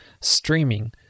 streaming